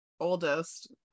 oldest